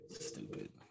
Stupid